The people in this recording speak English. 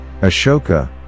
Ashoka